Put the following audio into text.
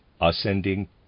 Ascending